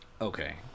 Okay